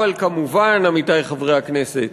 אבל כמובן, עמיתי חברי הכנסת,